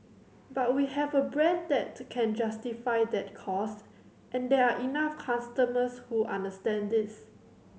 but we have a brand that can justify that cost and there are enough customers who understand this